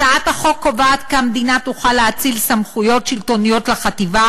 הצעת החוק קובעת כי המדינה תוכל להאציל סמכויות שלטוניות לחטיבה,